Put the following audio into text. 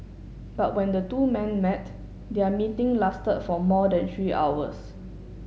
but when the two men met their meeting lasted for more than three hours